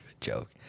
joke